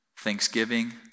Thanksgiving